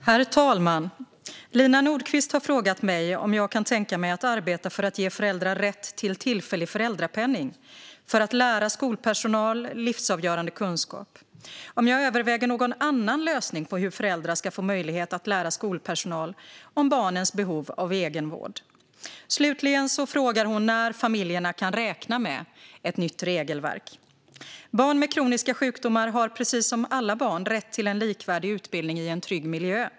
Herr talman! Lina Nordquist har frågat mig om jag kan tänka mig att arbeta för att ge föräldrar rätt till tillfällig föräldrapenning för att lära skolpersonal livsavgörande kunskap och om jag överväger någon annan lösning på hur föräldrar ska få möjlighet att lära skolpersonal om barnens behov av egenvård. Slutligen frågar hon när familjerna kan räkna med ett nytt regelverk. Barn med kroniska sjukdomar har precis som alla barn rätt till en likvärdig utbildning i en trygg miljö.